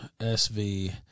SV